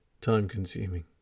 Time-consuming